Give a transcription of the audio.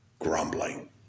Grumbling